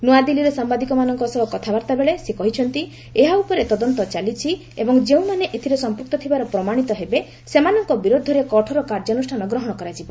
ନ୍ତଆଦିଲ୍ଲୀରେ ସାମ୍ବାଦିକମାନଙ୍କ ସହ କଥାବାର୍ତ୍ତାବେଳେ ସେ କହିଛନ୍ତି ଏହା ଉପରେ ତଦନ୍ତ ଚାଲିଛି ଓ ଯେଉଁମାନେ ଏଥିରେ ସମ୍ପୁକ୍ତ ଥିବାର ପ୍ରମାଣିତ ହେବେ ସେମାନଙ୍କ ବିରୁଦ୍ଧରେ କଠୋର କାର୍ଯ୍ୟାନୁଷ୍ଠାନ ଗ୍ରହଣ କରାଯିବ